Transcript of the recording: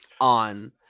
on